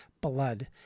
blood